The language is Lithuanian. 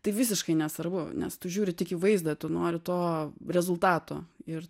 tai visiškai nesvarbu nes tu žiūri tik į vaizdą tu nori to rezultato ir